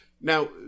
now